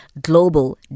global